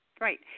right